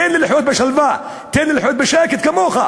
תן לי לחיות בשלווה, תן לי לחיות בשקט כמוך,